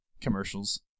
commercials